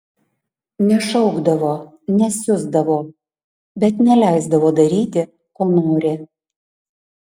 nešaukdavo nesiusdavo bet neleisdavo daryti ko nori